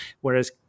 whereas